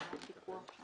אמרתם שתבחנו.